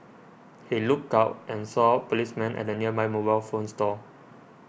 he looked out and saw policemen at the nearby mobile phone store